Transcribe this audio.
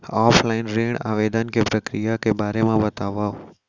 Offline ऋण आवेदन के प्रक्रिया के बारे म बतावव?